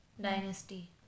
Dynasty